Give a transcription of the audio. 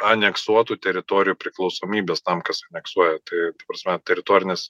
aneksuotų teritorijų priklausomybės tam kas aneksuoja tai prasme teritorinis